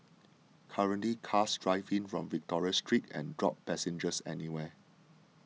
currently cars drive in from Victoria Street and drop passengers anywhere